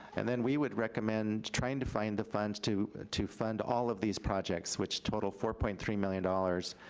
and then we would recommend trying to find the funds to to fund all of these projects, which total four point three million dollars